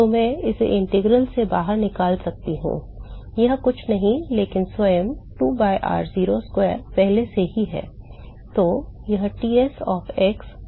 तो मैं इसे integral से बाहर निकाल सकता हूँ यह कुछ नहीं लेकिन स्वयं 2 by r0 square पहले से ही है